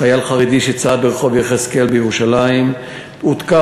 חייל חרדי שצעד ברחוב יחזקאל בירושלים הותקף